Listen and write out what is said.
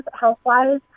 health-wise